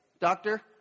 doctor